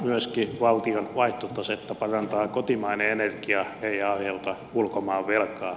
myöskin valtion vaihtotasetta parantaa kotimainen energia ei aiheuta ulkomaan velkaa